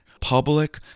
public